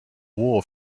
wool